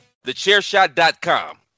TheChairShot.com